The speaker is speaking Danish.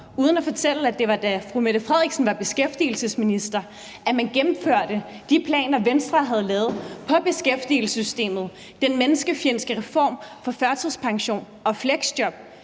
uden at fortælle, at det var, da fru Mette Frederiksen var beskæftigelsesminister, at man gennemførte de planer, Venstre havde lavet for beskæftigelsessystemet. Den menneskefjendske reform af førtidspension og fleksjob,